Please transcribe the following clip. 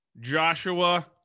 Joshua